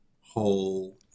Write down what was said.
whole